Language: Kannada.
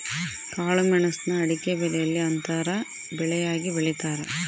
ಕಾಳುಮೆಣುಸ್ನ ಅಡಿಕೆಬೆಲೆಯಲ್ಲಿ ಅಂತರ ಬೆಳೆಯಾಗಿ ಬೆಳೀತಾರ